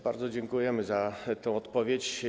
Bardzo dziękujemy za tę odpowiedź.